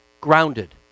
grounded